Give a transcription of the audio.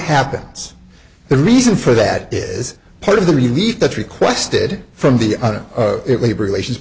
happens the reason for that is part of the relief that requested from the labor relations